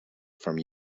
from